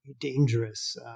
dangerous